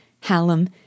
Hallam